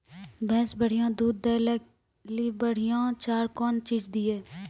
भैंस बढ़िया दूध दऽ ले ली बढ़िया चार कौन चीज दिए?